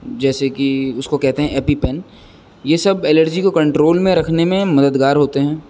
جیسے کہ اس کو کہتے ہیں ایپی پین یہ سب الرجی کو کنٹرول میں رکھنے میں مددگار ہوتے ہیں